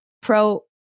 pro